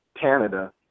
Canada